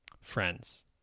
friends